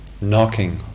knocking